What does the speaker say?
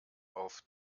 auf